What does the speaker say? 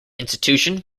institution